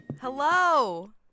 Hello